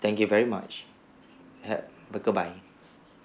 thank you very much have a goodbye